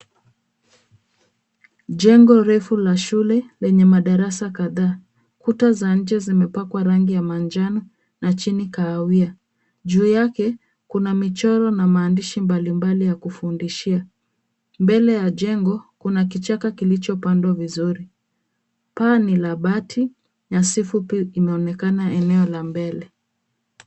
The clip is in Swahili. Jengo refu la shule lenye madarasa kadhaa. Kuta za nje zimepakwa rangi ya manjano na chini kahawia. Juu yake kuna michoro na maandishi mbalimbali ya kufundishia. Mbele ya jengo kuna kichaka kilichopandwa vizuri. Paa ni la bati. Nyasi fupi imeonekana eneo la mbele.